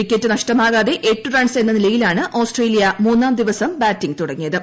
wicket നഷ്ടമാകാതെ എട്ട് runs എന്ന നിലയിലാണ് ഓസ്ട്രേലിയ മൂന്നാം ദിവസം ബാറ്റിംഗ് തുടങ്ങിയത്